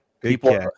People